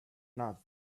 not